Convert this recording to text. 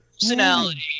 Personality